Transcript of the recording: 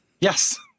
Yes